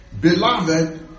Beloved